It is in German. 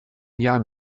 jahren